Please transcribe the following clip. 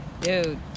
Dude